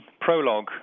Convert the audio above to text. prologue